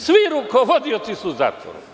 Svi rukovodioci su u zatvoru.